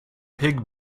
pig